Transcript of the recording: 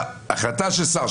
החלטה של שר.